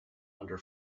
under